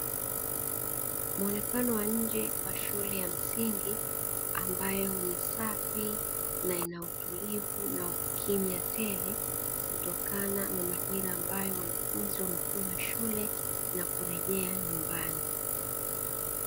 Muonekano wa nje wa shule ya msingi ambayo ni safi na inautulivu na ukimya tele kutokana na majira ambayo wanafunzi wamefunga shule na kurejea nyumbani.